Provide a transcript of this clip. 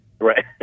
Right